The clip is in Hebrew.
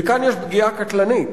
וכאן יש פגיעה קטלנית.